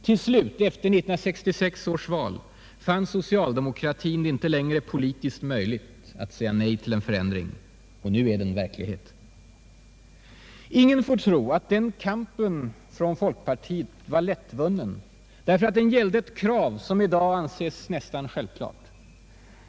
Till slut, efter 1966 års val, fann socialdemokratin det inte längre politiskt möjligt att säga nej till en förändring. Och nu är den verklighet. Ingen får tro att den kampen från folkpartiet var lättvunnen därför att den gällde ett krav som i dag anses nästan självklart.